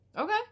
Okay